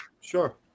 sure